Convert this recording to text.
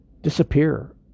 disappear